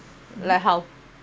like how